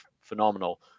phenomenal